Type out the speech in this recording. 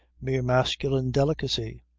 mere masculine delicacy.